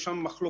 יש שם מחלוקות,